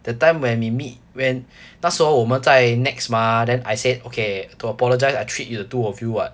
that time when we meet when 那时候我们在 NEX mah then I said okay to apologise I treat you the two of you [what]